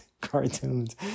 cartoons